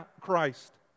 Christ